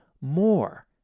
more